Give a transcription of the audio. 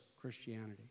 Christianity